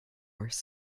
worse